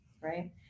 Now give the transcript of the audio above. right